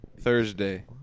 Thursday